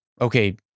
okay